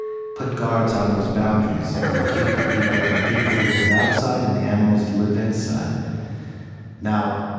put guards on those boundaries. you keep the people the people live outside, and the animals live inside now,